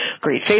great